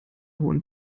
hohen